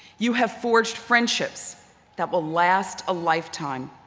you have forged friendships that will last a lifetime.